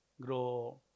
grow